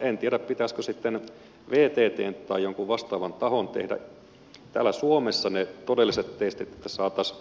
en tiedä pitäisikö sitten vttn tai jonkun vastaavan tahon tehdä täällä suomessa ne todelliset testit että saataisiin